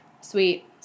Sweet